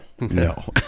No